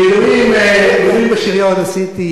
מילואים בשריון עשיתי,